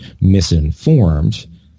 misinformed